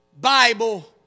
Bible